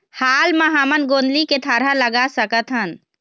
हाल मा हमन गोंदली के थरहा लगा सकतहन?